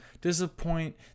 disappoint